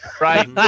Right